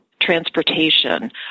transportation